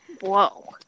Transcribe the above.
Whoa